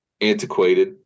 antiquated